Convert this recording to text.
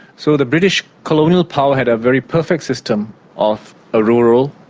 so the british colonial power had a very perfect system of a rural,